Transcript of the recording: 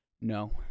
no